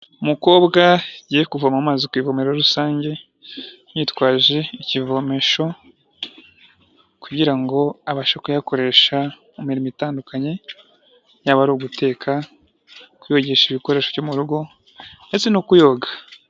Mukobwa yaje kuvoma amazi ku ivomero rusange yitwaje ikivomesho kugira ngo ngo abashe kuyakoresha mu mirimo itandukanye yaba ari uguteka, kuyogesha ibikoresho byo mu rugo ndetse no kuyoga.